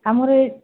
ଆମର ଏ